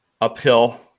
uphill